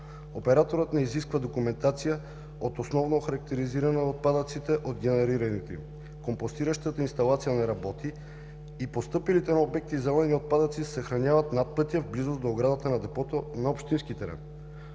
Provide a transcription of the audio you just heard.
Операторът не изисква документация от основно охарактеризиране на отпадъците от генераторите им. Компостиращата инсталация не работи и постъпилите на обекта зелени отпадъци се съхраняват над пътя в близост до оградата на депото на общински терен.